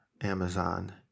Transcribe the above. amazon